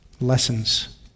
lessons